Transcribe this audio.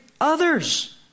others